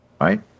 Right